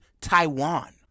Taiwan